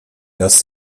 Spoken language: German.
dass